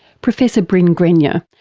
professor brin grenyer,